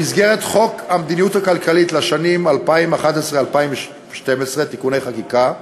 במסגרת חוק המדיניות הכלכלית לשנים 2011 ו-2012 (תיקוני חקיקה),